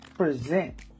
Present